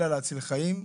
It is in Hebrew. אלא להציל חיים,